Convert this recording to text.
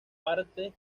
parte